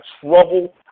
trouble